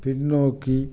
பின்னோக்கி